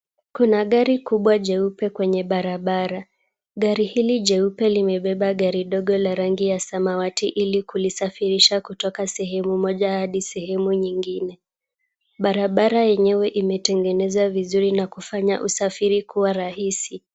Kuna gari kubwa jeupe kwenye barabara. Gari hili jeupe limebeba gari ndogo la rangi ya samawati ili kulisafirisha kutoka sehemu moja hadi sehemu nyingine. Barabara yenyewe imetengenezwa vizuri na kufanya usafiri kuwa rahisi.